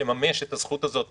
לממש את הזכות הזאת,